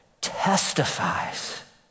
testifies